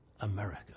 america